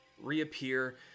reappear